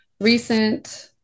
recent